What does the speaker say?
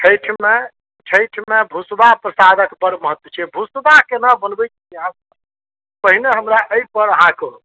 छठिमे छठिमे भुसबा प्रसादक बड़ महत्व छै भुसबा केना बनबै छियै अहाँ सब पहिने हमरा एहि पर अहाँ कहु